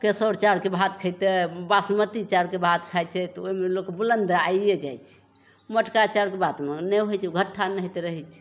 केसौर चाउरके भात खेतय तऽ बासमती चाउरके भात खाइ छै तऽ ओइमे लोग बुलन्द आइए जाइ छै मोटका चाउरके भातमे नहि होइ छै ओ घट्टा नेहत रहय छै